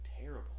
terrible